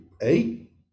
Eight